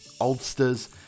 oldsters